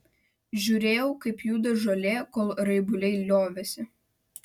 žiūrėjau kaip juda žolė kol raibuliai liovėsi